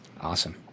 Awesome